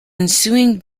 ensuing